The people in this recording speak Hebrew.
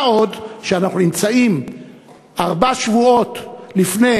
מה עוד שאנחנו נמצאים ארבעה שבועות לפני